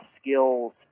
skills